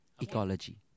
Ecology